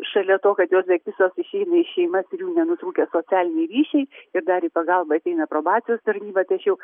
šalia to kad jos bveik visos išeina į šeimas ir jų nenutrūkę socialiniai ryšiai ir dar į pagalbą ateina probacijos tarnyba tai aš jau